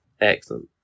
excellent